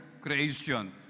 creation